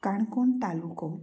काणकोण तालुको